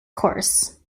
course